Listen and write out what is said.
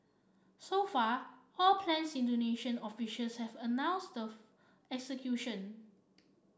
so far all plans Indonesian officials have announced of execution